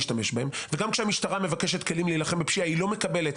וגם כשהמשטרה מבקשת כלים להילחם בפשיעה היא לא מקבלת,